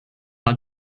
her